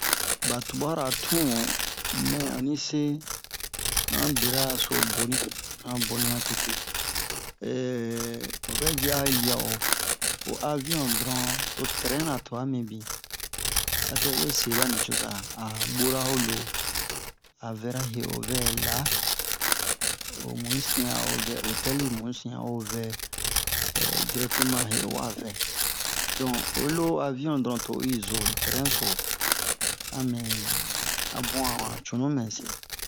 ɓa tuɓara tun mɛ onni han berara so boni han boni matete o vɛ ji a o yi liya o aviyon dɔron to tɛrɛnna twa mibin a dɛ'u we se ɓa nucoza a ɓora ho lo a vɛra he o we vɛ la o mu yi sin a o vɛ otɛli mu yi sin a o vɛ donk o lo ho aviyon dɔron to o i zo ni tɛrɛn so amɛ a bun han a cunu mɛ se